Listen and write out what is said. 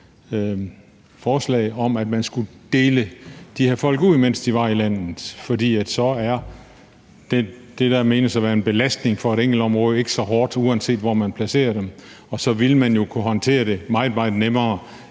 forslag om, at man skulle fordele de her folk ud, mens de var i landet. For så er det, der menes at være en belastning for et enkeltområde, ikke så hårdt, uanset hvor man placerer dem. Og så ville man jo kunne håndtere det meget, meget nemmere